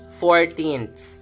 fourteenths